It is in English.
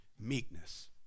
meekness